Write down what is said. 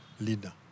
leader